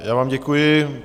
Já vám děkuji.